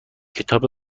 کتاب